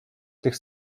tych